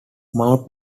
mount